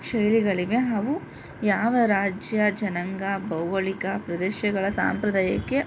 ಶೈಲಿಗಳಿವೆ ಹಾಗೂ ಯಾವ ರಾಜ್ಯ ಜನಾಂಗ ಭೌಗೋಳಿಕ ಪ್ರದೇಶಗಳ ಸಂಪ್ರದಾಯಕ್ಕೆ